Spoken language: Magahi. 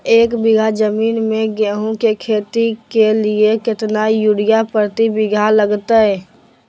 एक बिघा जमीन में गेहूं के खेती के लिए कितना यूरिया प्रति बीघा लगतय?